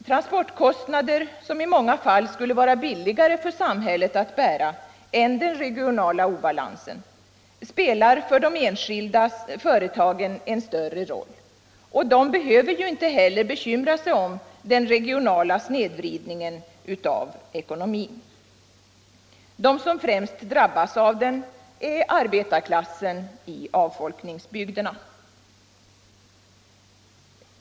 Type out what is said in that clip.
Transportkostnader som i många fall skulle vara billigare för samhället än den regionala obalansen spelar för de enskilda företagen en större roll — och de behöver ju inte heller bekymra sig om den regionala snedvridningen av ekonomin. De som främst drabbas av den är arbetarklassen i avfolkningsbygderna.